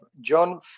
John